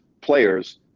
players